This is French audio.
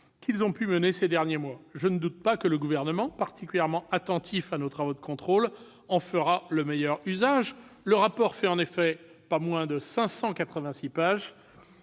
qu'ils ont pu mener ces derniers mois. Je ne doute pas que le Gouvernement, particulièrement attentif à nos travaux de contrôle, en fera le meilleur usage. Le rapport compte, en effet, pas moins de 586 pages.